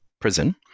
prison